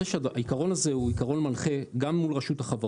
העיקרון הזה הוא עיקרון מנחה גם מול רשות החברות.